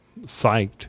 psyched